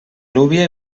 núvia